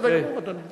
בסדר גמור, אדוני.